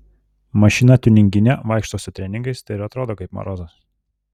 mašina tiuninginė vaikšto su treningais tai ir atrodo kaip marozas